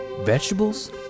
vegetables